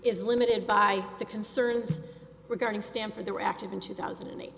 is limited by the concerns regarding stanford they were active in two thousand and eight